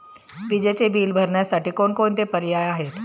विजेचे बिल भरण्यासाठी कोणकोणते पर्याय आहेत?